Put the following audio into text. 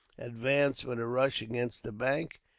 advanced with a rush against the bank,